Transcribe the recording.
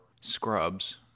scrubs